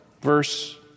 verse